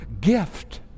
gift